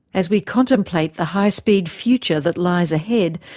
as we contemplate the high speed future that lies ahead,